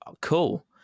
cool